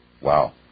Wow